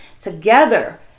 Together